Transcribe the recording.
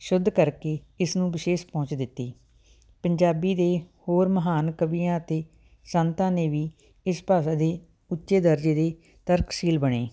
ਸ਼ੁੱਧ ਕਰਕੇ ਇਸ ਨੂੰ ਵਿਸ਼ੇਸ਼ ਪਹੁੰਚ ਦਿੱਤੀ ਪੰਜਾਬੀ ਦੇ ਹੋਰ ਮਹਾਨ ਕਵੀਆਂ ਅਤੇ ਸੰਤਾਂ ਨੇ ਵੀ ਇਸ ਭਾਸ਼ਾ ਦੇ ਉੱਚੇ ਦਰਜੇ ਦੀ ਤਰਕਸ਼ੀਲ ਬਣੇ